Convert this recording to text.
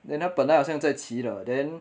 then 他本来好像在骑的 then